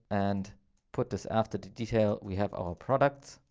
and put this after detail. we have our product,